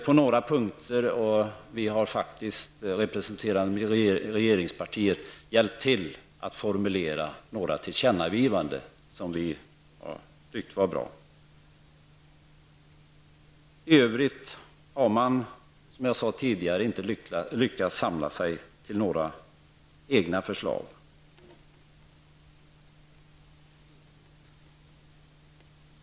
På några punkter har vi som representerar regeringspartiet hjälpt till att formulera tillkännagivanden som vi har tyckt vara bra. I övrigt har oppositionspartierna, som jag sade tidigare, inte lyckats samla sig till några egna förslag.